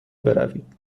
بروید